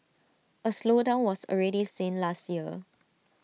A slowdown was already seen last year